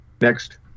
Next